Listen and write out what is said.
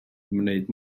ymwneud